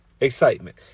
excitement